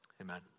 amen